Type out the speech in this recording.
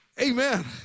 Amen